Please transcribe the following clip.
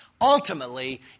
Ultimately